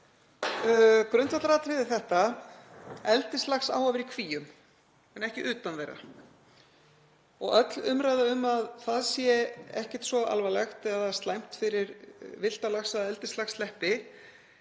Grundvallaratriðið er þetta: Eldislax á að vera í kvíum en ekki utan þeirra. Öll umræða um að það sé ekkert svo alvarlegt eða slæmt fyrir villta laxa að eldislax sleppi